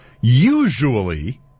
usually